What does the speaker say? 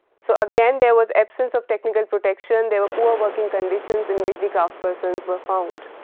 so, again there was absence of technical protection they were poor working conditions in which the craft persons were found.